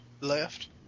left